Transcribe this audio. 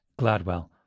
Gladwell